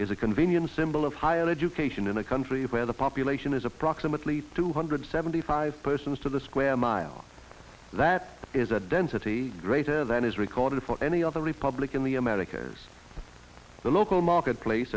is a convenient symbol of higher education in a country where the population is approximately two hundred seventy five persons to the square miles that is a density greater than is recorded for any other republic in the americas the local market place